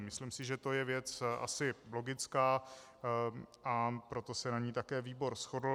Myslím si, že to je věc asi logická, a proto se na ní také výbor shodl.